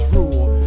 Rule